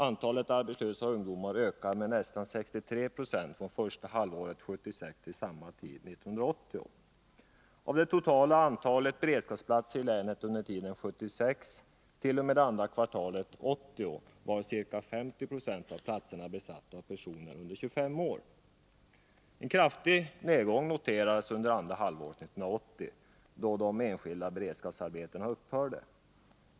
Antalet arbetslösa ungdomar ökade med nästan 63 96 från första halvåret 1976 till samma tid 1980. Ca 50 20 av det totala antalet beredskapsplatser i länet var under tiden från 1976 t.o.m. andra kvartalet 1980 besatta av personer under 25 år. En kraftig nedgång noterades under andra halvåret 1980, då de enskilda beredskapsarbetena upphörde.